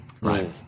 Right